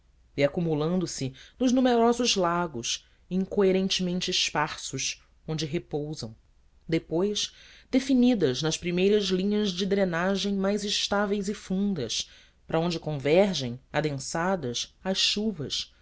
e acumulando se nos numerosos lagos incoerentemente esparsos onde repousam depois definidas nas primeiras linhas de drenagem mais estáveis e fundas para onde convergem adensadas as chuvas